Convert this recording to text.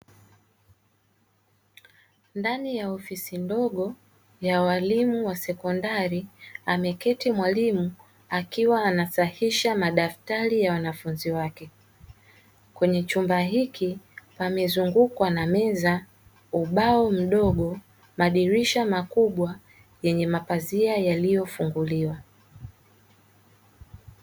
Ndani ya ofisi ndogo ya walimu wa sekondari ameketi mwalimu akiwa anasahisha madaftari ya wanafunzi wake, kwenye chumba hiki pamezungukwa na meza, ubao mdogo, madirisha makubwa yenye mapazia yaliyofunguliwa.